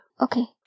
Okay